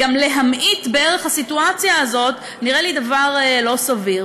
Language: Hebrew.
גם להמעיט בערך הסיטואציה הזאת נראה לי דבר לא סביר.